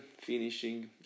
finishing